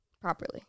properly